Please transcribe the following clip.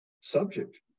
subject